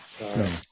No